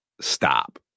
stop